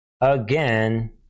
again